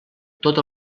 tot